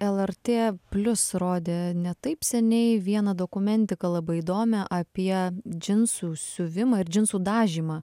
el er tė plius rodė ne taip seniai vieną dokumentiką labai įdomią apie džinsų siuvimą ir džinsų dažymą